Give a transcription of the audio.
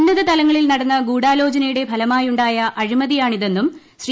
ഉന്നതതലങ്ങളിൽ നടന്ന ഗൂഡാലോചനയുടെ ഫലമായുണ്ടായ അഴിമതിയാണ് ഇതെന്നും ശ്രീ